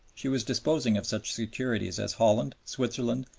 she was disposing of such securities as holland, switzerland,